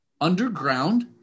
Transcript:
underground